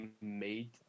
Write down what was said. made